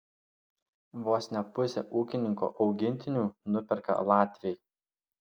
vos ne pusę ūkininko augintinių nuperka latviai